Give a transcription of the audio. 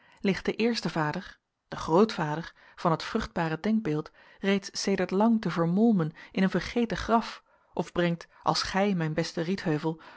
ligt de eerste vader de grootvader van het vruchtbare denkbeeld reeds sedert lang te vermolmen in een vergeten graf of brengt als gij mijn beste